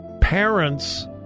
Parents